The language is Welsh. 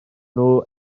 nhw